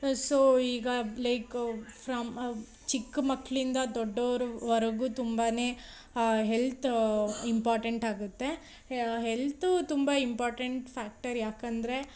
so ಈಗ like from ಚಿಕ್ಕ ಮಕ್ಕಳಿಂದ ದೊಡ್ಡವ್ರವರೆಗು ತುಂಬಾ ಹೆಲ್ತ್ ಇಂಪಾರ್ಟೆಂಟ್ ಆಗುತ್ತೆ ಹೆಲ್ತು ತುಂಬ ಇಂಪಾರ್ಟೆಂಟ್ ಫ್ಯಾಕ್ಟರ್ ಯಾಕಂದರೆ